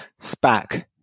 SPAC